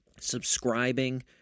subscribing